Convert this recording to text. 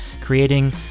creating